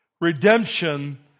Redemption